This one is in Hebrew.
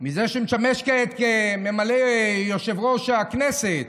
גם מזה שמשמש כעת כממלא יושב-ראש הכנסת,